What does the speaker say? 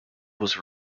was